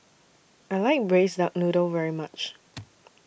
I like Braised Duck Noodle very much